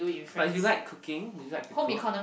but you like cooking you like to cook